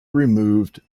removed